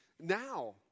now